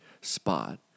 spot